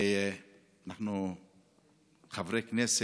חברי הכנסת,